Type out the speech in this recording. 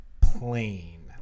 plain